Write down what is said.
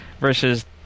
versus